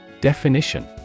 Definition